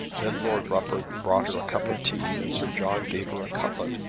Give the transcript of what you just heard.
then lord rufford brought her a cup of tea and sir john gave her a cutlet,